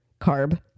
carb